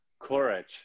courage